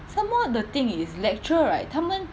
some more the thing is lecturer right 他们